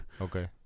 Okay